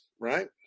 right